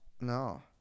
No